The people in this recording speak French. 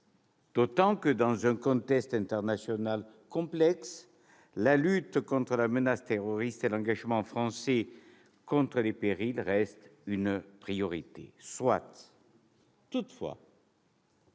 D'autant que, dans un contexte international complexe, la lutte contre la menace terroriste et l'engagement français contre les périls restent une priorité. Soit ! Toutefois,